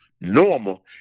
normal